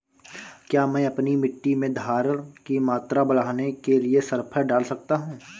क्या मैं अपनी मिट्टी में धारण की मात्रा बढ़ाने के लिए सल्फर डाल सकता हूँ?